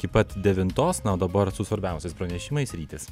iki pat devintos nu o dabar su svarbiausias pranešimais rytis